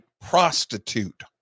prostitute